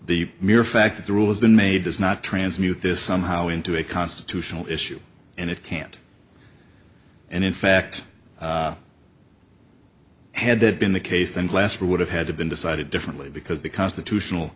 the mere fact that the rules been made does not transmute this somehow into a constitutional issue and it can't and in fact had that been the case then glasper would have had to been decided differently because the constitutional